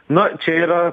na čia yra